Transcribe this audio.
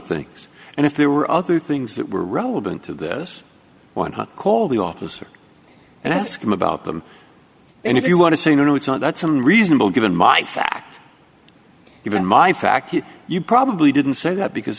things and if there were other things that were relevant to this one call the officer and ask him about them and if you want to say no no it's not that some reasonable given my fact even my fact you probably didn't say that because